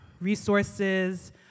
resources